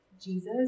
Jesus